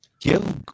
give